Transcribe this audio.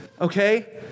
Okay